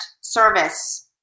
service